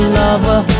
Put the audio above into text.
lover